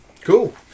Cool